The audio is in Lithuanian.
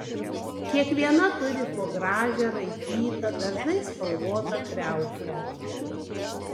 kiekviena turi po gražią raitytą dažnai spalvotą kriauklę